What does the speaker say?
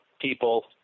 people